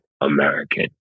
American